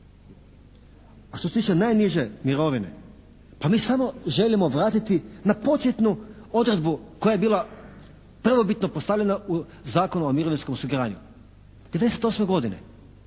A što se tiče najniže mirovine, pa mi samo želimo vratiti na početnu odredbu koja je bila prvobitno postavljena u Zakonu o mirovinskom osiguranju 98. godine.